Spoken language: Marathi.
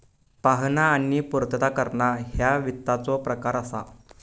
पाहणा आणि पूर्तता करणा ह्या वित्ताचो प्रकार असा